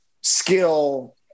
skill